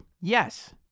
Yes